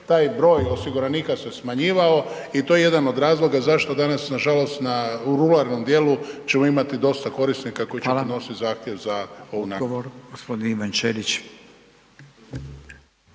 taj broj osiguranika se smanjivao i to je jedan od razloga zašto danas nažalost u ruralnom dijelu ćemo imati dosta korisnika koji će podnositi zahtjev za ovu naknadu.